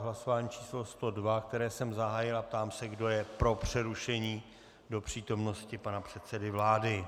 Hlasování číslo 102, které jsem zahájil, a ptám se, kdo je pro přerušení do přítomnosti pana předsedy vlády.